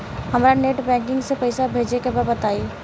हमरा net banking से पईसा भेजे के बा बताई?